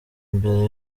mbere